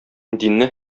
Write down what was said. динне